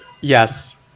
Yes